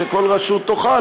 שכל רשות תוכל,